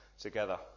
together